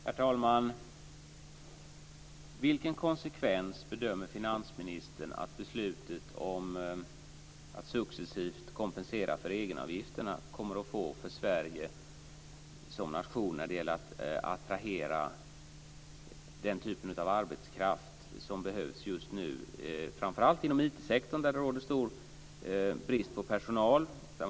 Herr talman! Vilken konsekvens bedömer finansministern att beslutet om att successivt kompensera för egenavgifterna kommer att få för Sverige som nation när det gäller att attrahera den typ av arbetskraft som behövs just nu, framför allt inom IT sektorn, där det råder stor brist på personal?